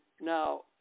now